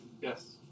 Yes